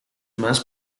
más